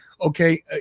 Okay